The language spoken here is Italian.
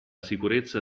sicurezza